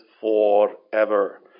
forever